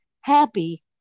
happy